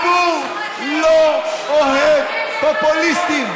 כי אין לך מה להגיד על החוק המושחת שלך.